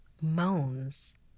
moans